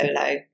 solo